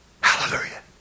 Hallelujah